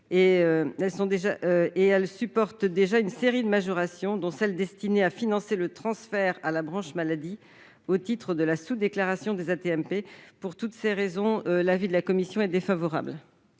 elles supportent déjà une série de majorations, dont celle destinée à financer le transfert à la branche maladie au titre de la sous-déclaration des AT-MP. Pour toutes ces raisons, l'avis est défavorable.